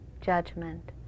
judgment